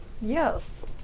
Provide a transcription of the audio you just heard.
Yes